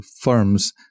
firms